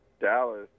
Dallas